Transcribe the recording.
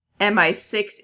MI6